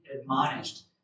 admonished